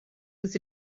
was